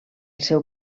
seu